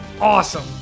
awesome